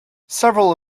several